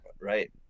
right